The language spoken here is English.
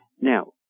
Now